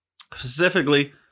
Specifically